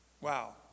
Wow